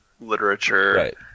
literature